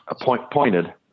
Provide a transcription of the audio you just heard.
pointed